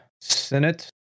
senate